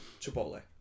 Chipotle